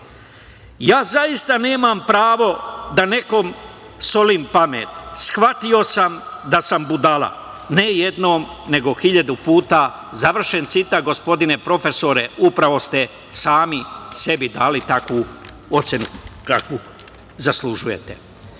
„Ja zaista nemam pravo da nekom solim pamet, shvatio sam da sam budala. Ne jednom nego hiljadu puta“ završen citat, gospodine profesore. Upravo ste sami sebi dali takvu ocenu kakvu zaslužujete. Đilasovi